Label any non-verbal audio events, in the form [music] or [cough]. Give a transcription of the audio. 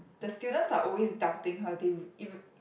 the students are always doubting her they [noise]